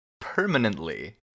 permanently